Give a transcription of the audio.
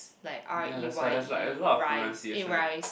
like R E Y E Reyes eh Reyes